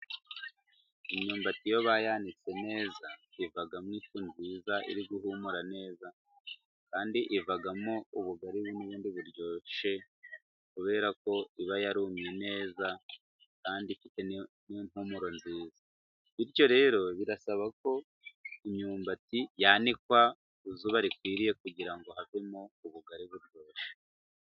Imyumbati iyo bayanitse neza ivamo ifu nziza iri guhumura neza, kandi ivamo ubugari n'ubundi buryoshye kuberako iba yarumye neza kandi ifite n' impumuro nziza, bityo rero birasabako imyumbati yanikwa ku izuba rikwiriye kugira ngo havemo ubugari buryoshye.